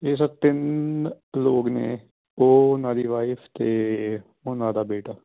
ਇਹ ਸਰ ਤਿੰਨ ਕੁ ਲੋਕ ਨੇ ਉਹ ਉਹਨਾਂ ਦੀ ਵਾਇਫ ਅਤੇ ਉਹਨਾਂ ਦਾ ਬੇਟਾ